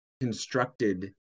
constructed